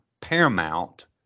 paramount